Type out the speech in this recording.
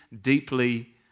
deeply